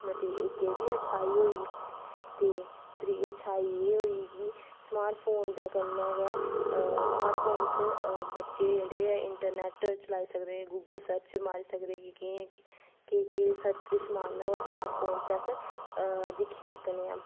न ते इक एह् बी अच्छाई होई गेई ते त्री अच्छाई एह् होई कि स्मार्ट फोन दे कन्नै गै स्मार्ट फोन च अऽ बच्चे जेह्ड़े ऐ इंटरनेट चलाई सकदे गूगल सर्च मारी सकदे कि कि'यां कि'यां केह् केह् सर्च किश मारना स्मार्ट फोन च अस दिक्खी सकने आं